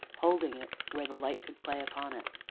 holding it where the light could play upon it.